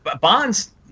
Bonds